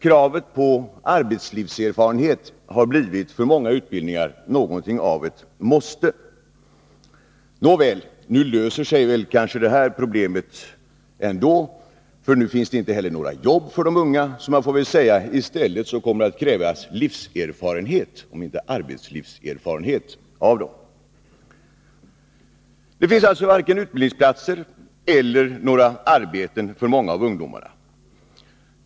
Kravet på arbetslivserfarenhet har för antagning till många utbildningar blivit ett måste. Nåväl, nu löser sig kanske detta problem ändå, för nu finns det inte några jobb heller för de unga. Man får väl säga att det i stället kommer att krävas livserfarenhet och inte arbetslivserfarenhet av dem. Det finns alltså varken utbildningsplatser eller några arbeten för många av ungdomarna.